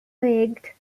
pegged